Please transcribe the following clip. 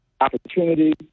opportunity